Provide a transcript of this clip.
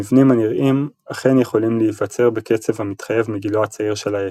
המבנים הנראים אכן יכולים להיווצר בקצב המתחייב מגילו הצעיר של היקום.